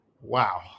wow